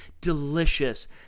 delicious